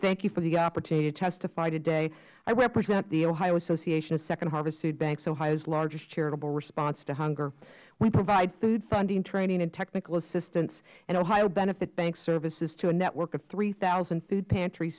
thank you for the opportunity to testify today i represent the ohio association of second harvest foodbanks ohios largest charitable response to hunger we provide food funding training technical assistance and ohio benefit bank services to a network of three thousand food pantr